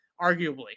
arguably